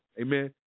Amen